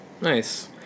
Nice